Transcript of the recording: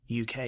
UK